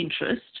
interest